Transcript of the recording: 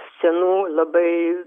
senų labai